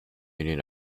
union